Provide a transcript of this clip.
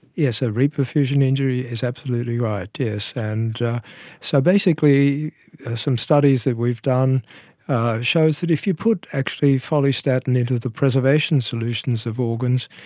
yes, ah reperfusion injury is absolutely right, yes. and so basically some studies that we've done shows that if you put actually follistatin into the preservation solutions of organs,